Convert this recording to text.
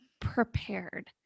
prepared